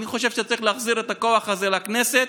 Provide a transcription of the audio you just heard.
אני חושב שצריך להחזיר את הכוח הזה לכנסת,